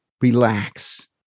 relax